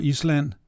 Island